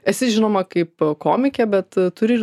esi žinoma kaip komikė bet turi ir